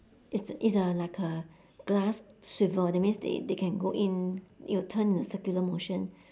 it's a it's a like a glass swivel that means they they can go in it will turn in a circular motion